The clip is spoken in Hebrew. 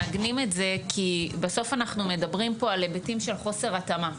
כי בסוף אנחנו מדברים פה על היבטים של חוסר התאמה.